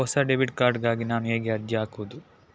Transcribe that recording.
ಹೊಸ debit card ಗಾಗಿ ನಾನು ಹೇಗೆ ಅರ್ಜಿ ಹಾಕುದು?